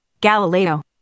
Galileo